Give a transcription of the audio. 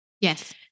Yes